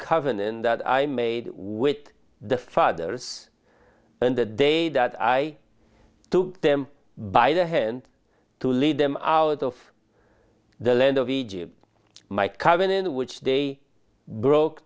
covenant that i made with the fathers and the day that i took them by the hand to lead them out of the land of egypt my covenant which they broke